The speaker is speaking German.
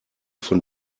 von